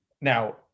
now